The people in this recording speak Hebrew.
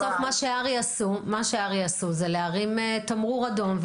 בסוף מה שהר"י עשו זה להרים תמרור אדום,